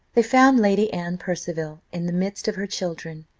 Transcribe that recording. they found lady anne percival in the midst of her children,